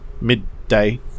Midday